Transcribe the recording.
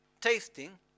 tasting